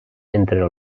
entre